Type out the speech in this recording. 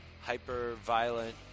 hyper-violent